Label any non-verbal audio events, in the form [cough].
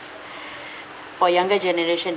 [breath] for younger generation